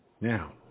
Now